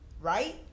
Right